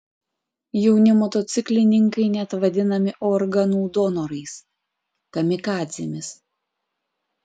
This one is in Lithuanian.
jauni motociklininkai net vadinami organų donorais kamikadzėmis